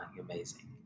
amazing